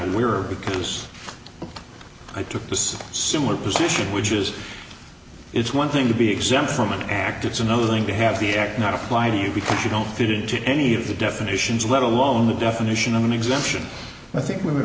were because i took the similar position which is it's one thing to be exempt from an act it's another thing to have the act not apply to you because you don't fit into any of the definitions let alone the definition of an exemption i think we w